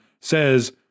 says